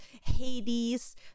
Hades